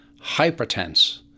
hypertense